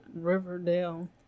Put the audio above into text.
Riverdale